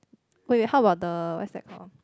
wait how about the what's that called